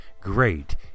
Great